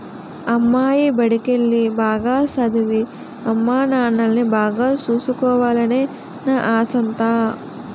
అమ్మాయి బడికెల్లి, బాగా సదవి, అమ్మానాన్నల్ని బాగా సూసుకోవాలనే నా ఆశంతా